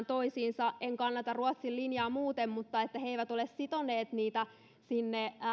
toisiinsa en kannata ruotsin linjaa muuten kuin siinä että he eivät ole sitoneet niitä sinne